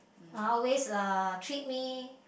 uh always uh treat me